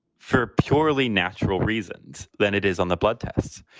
for purely natural reasons than it is on the blood tests,